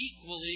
equally